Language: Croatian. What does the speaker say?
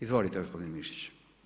Izvolite, gospodine Mišić.